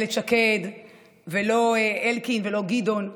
אילת שקד ולא אלקין ולא גדעון,